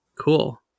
cool